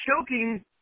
choking